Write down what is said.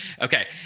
Okay